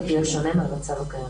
במצב הקיים